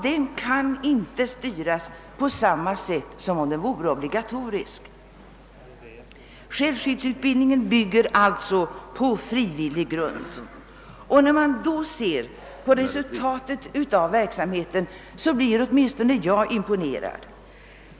Den kan inte styras på samma sätt som om den vore obligatorisk. Självskyddsutbildningen bygger på frivillig grund, och när man mot den bakgrunden ser på resultatet av verksamheten blir åtminstone jag imponerad.